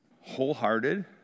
wholehearted